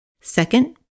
Second